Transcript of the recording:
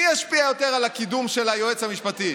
מי ישפיע יותר על הקידום של היועץ המשפטי,